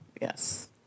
Yes